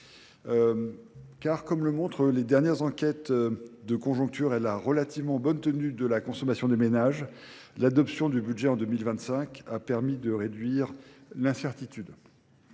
Car, comme le montrent les dernières enquêtes de conjoncture, elle a relativement bonne tenue de la consommation des ménages. L'adoption du budget en 2025 a permis de réduire l'incertitude.